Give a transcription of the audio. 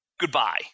Goodbye